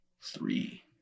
three